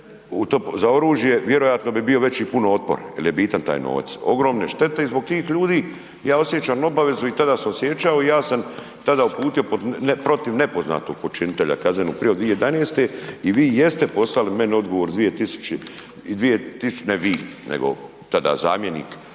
za oružje vjerojatno bi bio veći puno otpor jel je bitan taj novac, ogromne štete i zbog tih ljudi ja osjećam obavezu i tada sam osjećao ja sam tada uputio protiv nepoznatog počinitelja kaznenu prijavu 2011. i vi jeste poslali meni odgovor, ne vi nego tada zamjenik